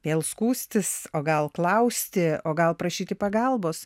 vėl skųstis o gal klausti o gal prašyti pagalbos